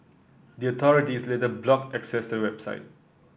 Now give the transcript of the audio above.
the authorities later blocked access to website